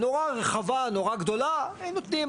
נורא רחבה ונורא גדולה הם נותנים.